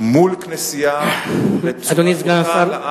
מול כנסייה, אדוני סגן השר,